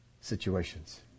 situations